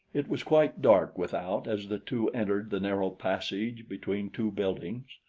it was quite dark without as the two entered the narrow passage between two buildings.